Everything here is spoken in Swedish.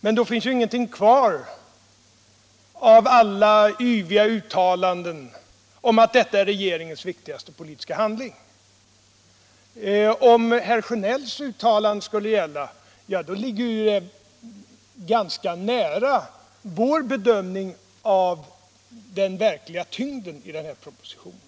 Men då finns ju ingenting kvar av alla yviga uttalanden om att detta är regeringens viktigaste politiska handling. Om herr Sjönells uttalande skulle gälla, ligger ni ju ganska nära vår bedömning av den verkliga tyngden av den här propositionen.